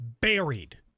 buried